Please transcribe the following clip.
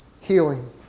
healing